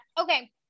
Okay